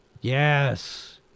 Yes